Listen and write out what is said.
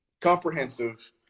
comprehensive